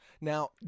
now